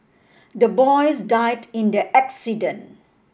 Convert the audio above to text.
the boys died in the accident